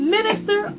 Minister